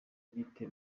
gite